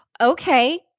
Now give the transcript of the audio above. okay